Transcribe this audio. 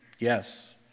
Yes